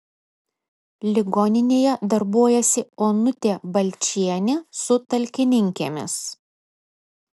ligoninėje darbuojasi onutė balčienė su talkininkėmis